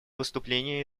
выступление